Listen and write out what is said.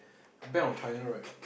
Bank of China right